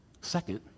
Second